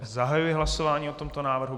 Zahajuji hlasování o tomto návrhu.